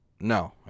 No